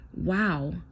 wow